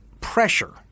pressure